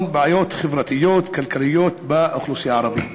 בעיות חברתיות-כלכליות באוכלוסייה הערבית,